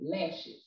lashes